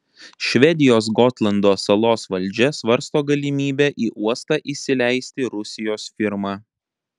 švedijos gotlando salos valdžia svarsto galimybę į uostą įsileisti rusijos firmą